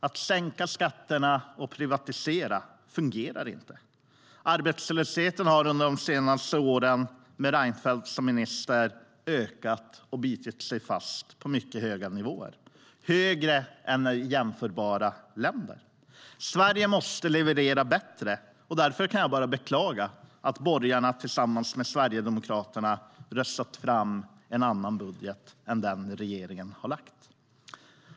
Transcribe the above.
Att sänka skatten och privatisera fungerar inte. Arbetslösheten har under de senaste åren med Reinfeldt som statsminister ökat och bitit sig fast på mycket höga nivåer - högre än i jämförbara länder. Sverige måste leverera bättre, och därför kan jag bara beklaga att borgarna tillsammans med Sverigedemokraterna röstat fram en annan budget än den regeringen har lagt fram.